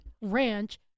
ranch